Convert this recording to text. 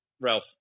Ralph